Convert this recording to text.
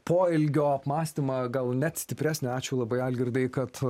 poelgio apmąstymą gal net stipresnė ačiū labai algirdai kad